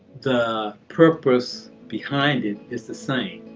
the purpose behind it is the same.